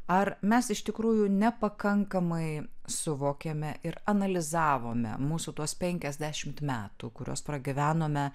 ar mes iš tikrųjų nepakankamai suvokėme ir analizavome mūsų tuos penkiasdešimt metų kuriuos pragyvenome